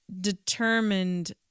determined